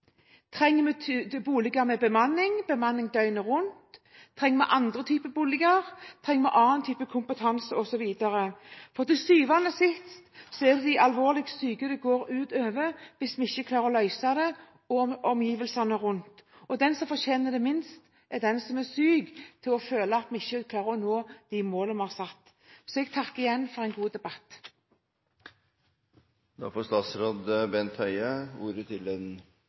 bemanning, bemanning døgnet rundt? Trenger vi andre typer boliger? Trenger vi annen type kompetanse, osv.? Til syvende og sist er det de alvorlig syke og omgivelsene rundt dem det går ut over hvis vi ikke klarer å løse dette. Den som fortjener det minst, er at den syke føler at vi ikke klarer å nå de målene vi har satt oss. Jeg takker igjen for en god debatt. Jeg vil også takke for debatten, og tar med meg de synspunktene og innspillene som er kommet. Men jeg oppfatter at det er en